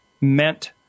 meant